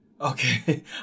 Okay